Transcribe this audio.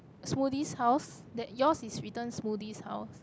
smoothies house that yours is written smoothies house